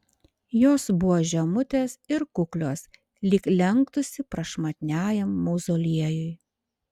jos buvo žemutės ir kuklios lyg lenktųsi prašmatniajam mauzoliejui